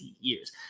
years